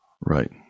right